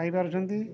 ପାଇପାରୁଛନ୍ତି